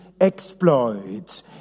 exploits